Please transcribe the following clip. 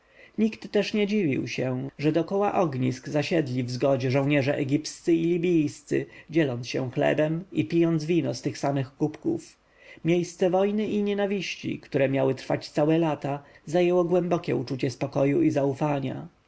nikt też nie dziwił się że dokoła ognisk zasiedli w zgodzie żołnierze egipscy i libijscy dzieląc się chlebem i pijąc wino z tych samych kubków miejsce wojny i nienawiści które miały trwać całe lata zajęło głębokie uczucie spokoju i zaufania